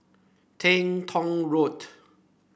Teng Tong Road